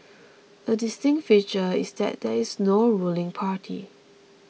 a distinct feature is that there is no ruling party